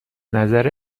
نظر